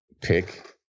pick